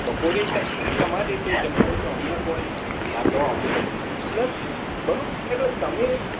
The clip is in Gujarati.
બપોરેય તમારે તમારી રીતે જમવું હોય તો અમને કોઈ વાંધો આવતો નથી બરાબર એટલે તમે